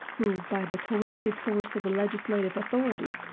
who, by the coercive force of the legislative authority,